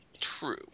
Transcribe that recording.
True